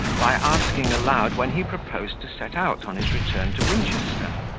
by asking aloud when he proposed to set out on his return to winchester?